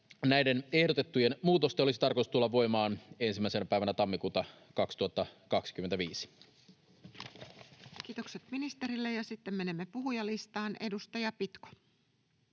Näiden ehdotettujen muutosten olisi tarkoitus tulla voimaan ensimmäisenä päivänä tammikuuta 2025. Kiitokset ministerille. — Ja sitten menemme puhujalistaan. Edustaja Pitko.